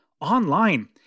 online